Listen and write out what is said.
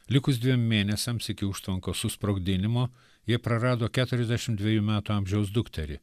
likus dviem mėnesiams iki užtvankos susprogdinimo jie prarado keturiasdešim dvejų metų amžiaus dukterį